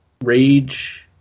rage